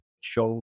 show